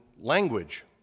language